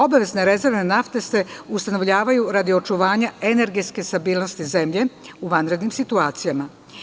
Obavezne rezerve nafte se ustanovljavaju radi očuvanja energetske stabilnosti zemlje u vanrednim situacijama.